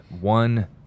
One